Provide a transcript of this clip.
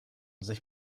sich